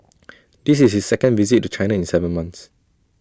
this is his second visit to China in Seven months